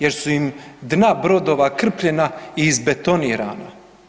Jer su im dna brodova krpljena i izbetonirana.